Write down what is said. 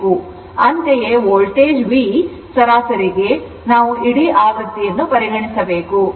ಅಂತೆಯೇ V voltage ಸರಾಸರಿಗೆ ನಾವು ಇಡೀ ಆವೃತ್ತಿಯನ್ನು ಪರಿಗಣಿಸಬೇಕು